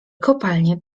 kopalnie